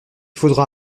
faudra